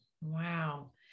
Wow